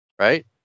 right